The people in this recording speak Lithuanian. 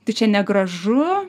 tai čia negražu